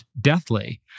deathly